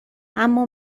اما